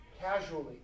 casually